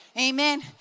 Amen